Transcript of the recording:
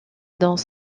dans